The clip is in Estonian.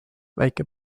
väike